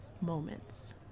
moments